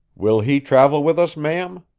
will he travel with us, ma'am?